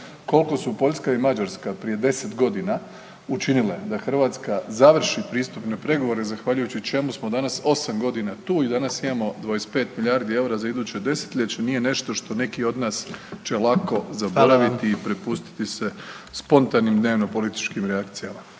Koliko su Poljska i Mađarska prije 10 godina učinile da Hrvatska završi pristupne pregovore zahvaljujući čemu smo danas 8 godina tu i danas imamo 25 milijardi eura za iduće desetljeće nije nešto što neki od nas će lako zaboraviti i prepustiti se spontanim dnevno-političkim reakcijama.